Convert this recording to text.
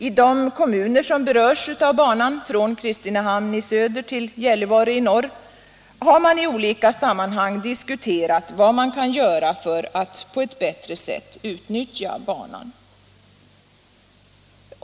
I de kommuner som berörs av banan, från Kristinehamn i söder till Gällivare i norr, har man i olika sammanhang diskuterat vad man kan göra för att på ett bättre sätt utnyttja banan.